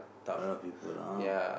other people ah